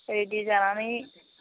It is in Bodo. रेडि जानानै